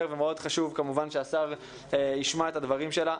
ומאוד חשוב כמובן שהשר ישמע את הדברים שלה.